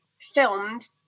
filmed